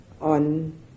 on